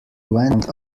went